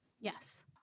Yes